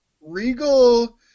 Regal